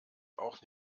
auch